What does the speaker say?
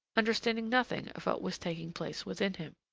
understanding nothing of what was taking place within him.